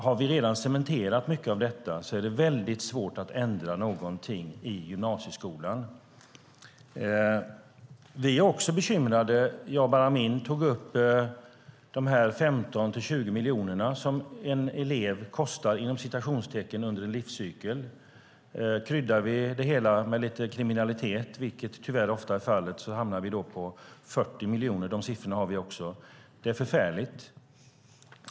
Har vi redan cementerat mycket av detta är det väldigt svårt att ändra någonting i gymnasieskolan. Vi är också bekymrade. Jabar Amin tog upp de 15-20 miljoner som en elev "kostar" under en livscykel. Kryddar vi det hela med lite kriminalitet, vilket tyvärr ofta är fallet, hamnar vi på 40 miljoner. De siffrorna har vi också. Det är förfärligt.